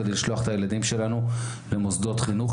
כדי לשלוח את הילדים שלנו למוסדות חינוך,